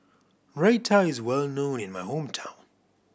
raita is well known in my hometown